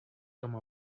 come